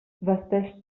vesteix